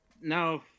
No